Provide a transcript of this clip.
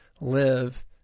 live